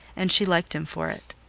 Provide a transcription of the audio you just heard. and she liked him for it.